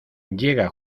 llega